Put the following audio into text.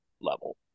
level